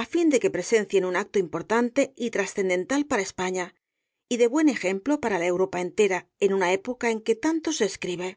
á fin de que presencien un acto importante y transcendental para españa y de buen ejemplo para la europa entera en una época en que tanto se escribe